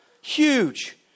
Huge